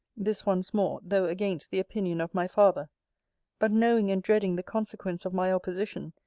this once more, though against the opinion of my father but knowing and dreading the consequence of my opposition,